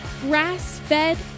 grass-fed